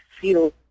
feel